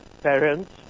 parents